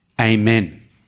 amen